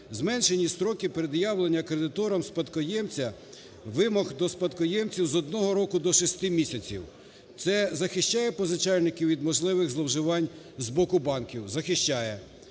зменшені строки пред'явлення кредиторам спадкоємця вимог до спадкоємця з 1 року до 6 місяців. Це захищає позичальників від можливих зловживань з боку банків? Захищає.